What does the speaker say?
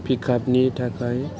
pick आपनि थाखाय